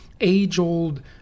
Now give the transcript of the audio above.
age-old